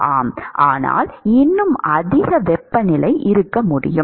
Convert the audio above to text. ஆம் ஆனால் இன்னும் அதிக வெப்பநிலை இருக்க முடியும்